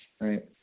right